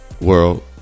World